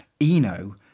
Eno